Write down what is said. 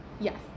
Yes